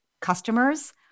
customers